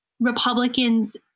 Republicans